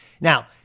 Now